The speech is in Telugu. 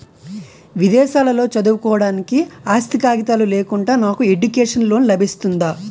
విదేశాలలో చదువుకోవడానికి ఆస్తి కాగితాలు లేకుండా నాకు ఎడ్యుకేషన్ లోన్ లబిస్తుందా?